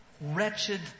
wretched